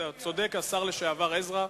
אתה צודק, השר לשעבר עזרא.